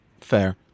Fair